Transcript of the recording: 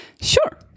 Sure